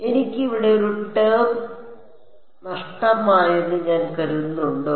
എനിക്ക് ഇവിടെ ഒരു ടേം നഷ്ടമായെന്ന് ഞാൻ കരുതുന്നുണ്ടോ